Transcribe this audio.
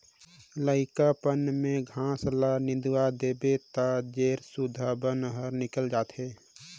लइकापन में घास ल निंदवा देबे त जेर सुद्धा बन हर निकेल जाथे